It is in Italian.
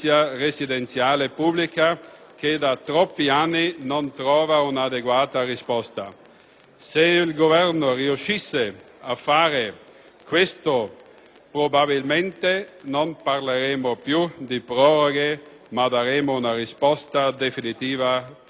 Se il Governo riuscisse a fare questo, probabilmente non parleremmo più di proroghe, ma daremmo una risposta definitiva per questo settore.